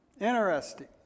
interesting